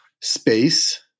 space